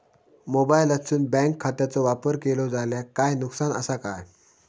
मोबाईलातसून बँक खात्याचो वापर केलो जाल्या काय नुकसान असा काय?